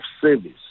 service